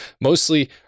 Mostly